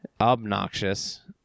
Obnoxious